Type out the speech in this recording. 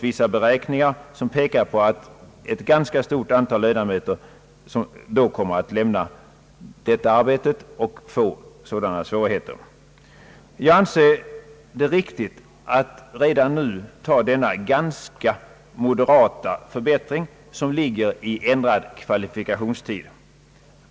Vissa beräkningar har gjorts som pekar på att ett ganska stort antal ledamöter då kommer att lämna detta arbete och få sådana svårigheter. Jag anser det riktigt att redan nu genomföra den ganska moderata förbättring, som den ändrade = kvalifikationstiden innebär.